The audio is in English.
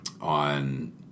on